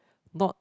not